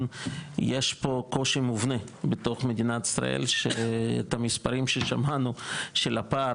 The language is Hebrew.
יש פה קושי מובנה בתוך מדינת ישראל שאת המספרים ששמענו של הפער